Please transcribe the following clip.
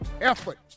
effort